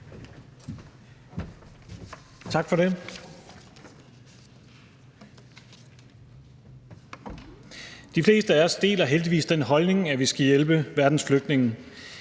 Tak for det. De fleste af os deler heldigvis den holdning, at vi skal hjælpe verdens flygtninge.